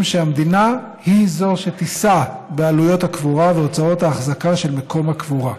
שהמדינה היא שתישא בעלויות הקבורה והוצאות האחזקה של מקום הקבורה.